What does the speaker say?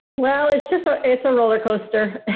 well, it's just, so it's a roller coaster